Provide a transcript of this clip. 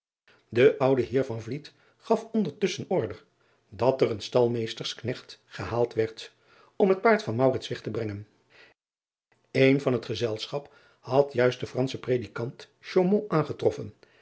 e oude eer gaf ondertusschen order dat er een stalmeesters knecht gehaald werd om het paard van weg te brengen en van het gezelschap had juist den franschen redikant aangetroffen